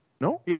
No